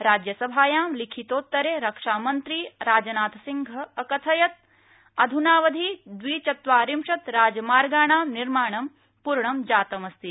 राज्यसभायां लिखितोत्तरे रक्षामन्त्री राजनाथसिंहः अकथयत् अध्नावधि द्विचत्वारिंशत् राजमार्गाणां निर्माणं पूर्णं जातम् अस्ति